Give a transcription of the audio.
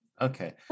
Okay